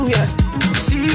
See